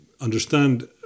understand